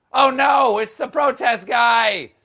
oh no! it's the protest guy!